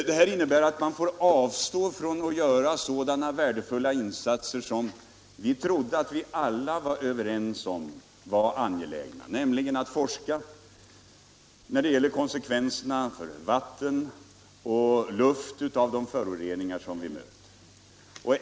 Det här innebär att man får avstå från att göra sådana värdefulla insatser som vi trodde att vi alla var överens om var angelägna, nämligen att öka stödet till forskning när det gäller konsekvenserna för vatten och luft av de föroreningar som finns.